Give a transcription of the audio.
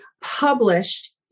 published